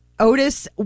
Otis